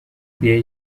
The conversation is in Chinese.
分别